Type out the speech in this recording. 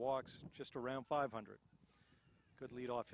walks just around five hundred good leadoff